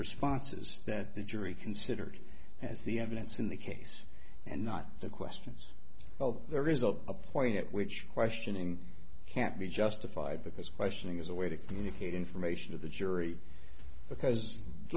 responses that the jury considered as the evidence in the case and not the questions of the result a point at which questioning can't be justified because questioning is a way to communicate information to the jury because